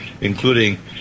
including